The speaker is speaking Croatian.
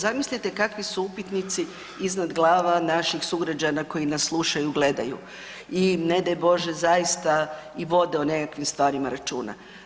Zamislite kakvi su upitnici iznad glava naših sugrađana koji nas slušaju i gledaju i ne daj Bože, zaista i vode o nekakvim stvarima računa.